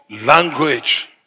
language